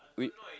we